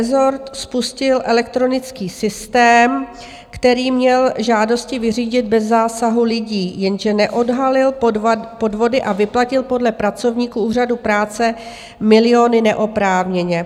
Rezort spustil elektronický systém, který měl žádosti vyřídit bez zásahu lidí, jenže neodhalil podvody a vyplatil podle pracovníků úřadu práce miliony neoprávněně.